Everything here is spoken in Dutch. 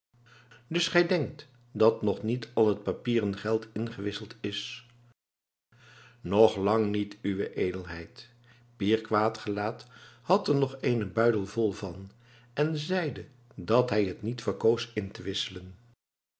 dus gij denkt dat nog niet al het papieren geld ingewisseld is nog lang niet uwe edelheid pier quaet gelaet had er nog eenen buidel vol van en zeide dat hij het niet verkoos in te wisselen